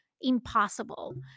impossible